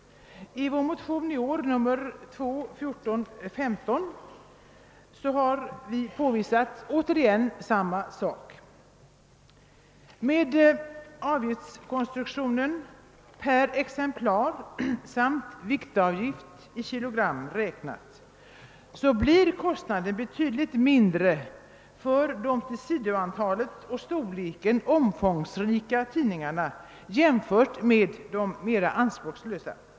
I vår motion i år II: 1415 har vi återigen påvisat samma sak. Med avgiftskonstruktionen per exemplar samt viktavgiften i kilogram räknat blir kostnaden betydligt mindre för de till sidantalet och storleken omfångsrika tidningarna jämfört med de mera anspråkslösa.